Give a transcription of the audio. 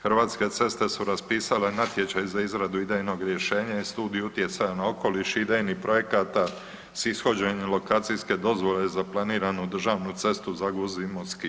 Hrvatske ceste su raspisale natječaj za izradu idejnog rješenja i studije utjecaja na okoliš idejnih projekata s ishođenjem lokacijske dozvole za planiranu državnu cestu Zagvozd-Imotski.